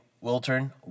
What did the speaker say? Wilton